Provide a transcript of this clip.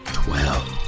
twelve